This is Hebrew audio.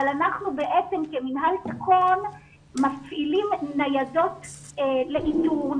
אבל אנחנו בעצם כמינה לתקון מפעילים ניידות לאיתור,